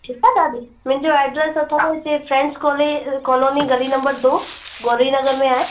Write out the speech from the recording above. ठीकु आहे दादी मुंहिंजो एड्रेस अथव फ्रेंड्स कोली कॉलौनी गली नंबर दो गौरी नगर में आहे